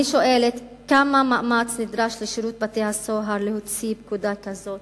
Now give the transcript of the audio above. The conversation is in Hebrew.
אני שואלת: כמה מאמץ נדרש לשירות בתי-הסוהר להוציא פקודה כזאת